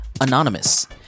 anonymous